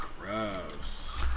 gross